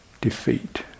defeat